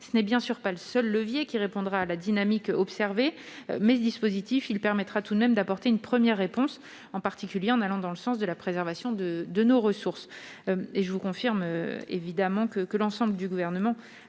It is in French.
Ce n'est bien sûr pas le seul levier susceptible de répondre à la dynamique observée, mais ce dispositif permettra tout de même d'apporter une première solution, en particulier en allant dans le sens de la préservation de nos ressources. Je vous confirme que l'ensemble du Gouvernement